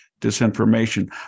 disinformation